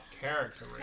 character